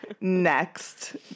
next